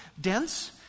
dense